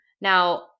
now